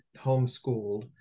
homeschooled